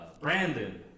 Brandon